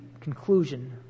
conclusion